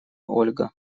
ольга